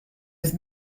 with